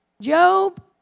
Job